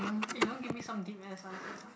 you don't give me some deep ass answer ah